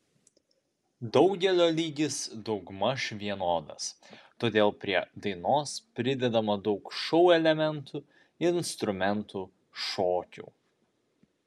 daugelio lygis daugmaž vienodas todėl prie dainos pridedama daug šou elementų instrumentų šokių